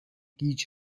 گیج